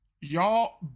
Y'all